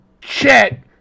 Chet